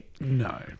No